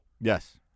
Yes